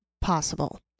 possible